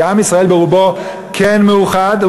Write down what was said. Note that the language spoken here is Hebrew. כי עם ישראל ברובו כן מאוחד.